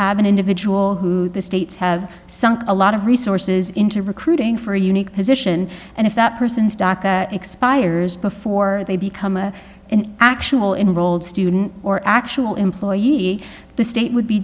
have an individual who states have sunk a lot of resources into recruiting for a unique position and if that person's daca expires before they become a an actual in rolled student or actual employer the state would be